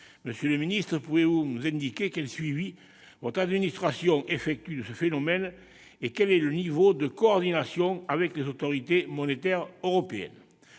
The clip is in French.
Monsieur le ministre, pouvez-vous nous indiquer quel suivi votre administration effectue de ce phénomène et quel est le niveau de coordination avec les autorités monétaires européennes ?